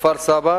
בכפר-סבא